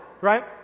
right